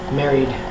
married